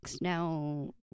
Now